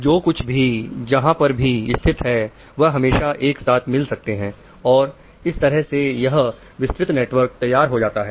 जो कुछ भी जहां पर भी स्थित है वह हमेशा एक साथ मिल सकते हैं और इस तरह से यह विस्तृत नेटवर्क तैयार हो जाता है